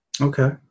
Okay